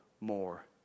more